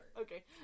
okay